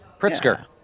Pritzker